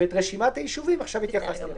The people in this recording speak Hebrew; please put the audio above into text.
את רשימת הישובים, עכשיו התייחסנו אליה.